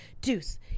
Deuce